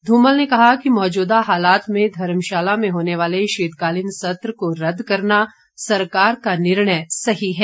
धूमल ने कहा कि मौजूदा हालात में धर्मशाला में होने वाले शीतकालीन सत्र को रद्द करना सरकार का निर्णय सही है